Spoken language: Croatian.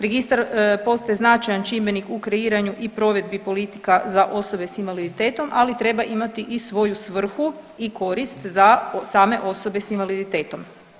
Registar postaje značajan čimbenik u kreiranju i provedbi politika za osobe s invaliditetom, ali treba imati i svoju svrhu i korist za same osobe s invaliditetom.